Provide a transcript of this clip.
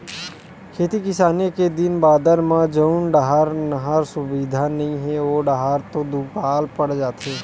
खेती किसानी के दिन बादर म जउन डाहर नहर सुबिधा नइ हे ओ डाहर तो दुकाल पड़ जाथे